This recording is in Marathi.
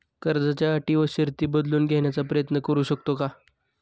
कर्जाच्या अटी व शर्ती बदलून घेण्याचा प्रयत्न करू शकतो का?